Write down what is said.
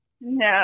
No